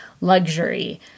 luxury